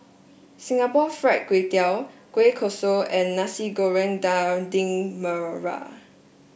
Singapore Fried Kway Tiao Kueh Kosui and Nasi Goreng Daging Merah